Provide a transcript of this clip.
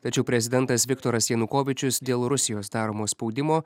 tačiau prezidentas viktoras janukovyčius dėl rusijos daromo spaudimo